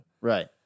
Right